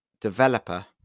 developer